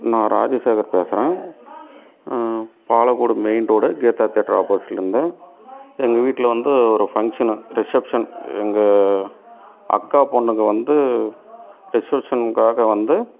நான் ராஜசேகர் பேசுகிறேன் Palacode main road Geetha theatre ஆப்போசிட்லேருந்து எங்கள் வீட்டில் வந்து ஒரு ஃபங்க்ஷனு ரிசப்ஷன் எங்கள் அக்கா பொண்ணுக்கு வந்து ரிசப்ஷனுக்காக வந்து